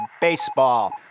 baseball